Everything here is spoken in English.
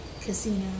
casino